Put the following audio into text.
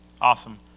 awesome